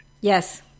Yes